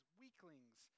weaklings